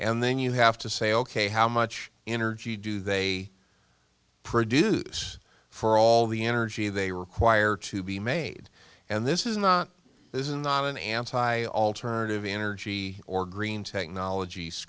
and then you have to say ok how much energy do they produce for all the energy they require to be made and this is not this is not an anti alternative energy or green technolog